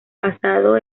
pasado